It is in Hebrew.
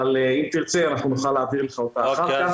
אבל אם תרצה אנחנו נוכל להעביר לך אותה אחר כך.